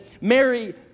Mary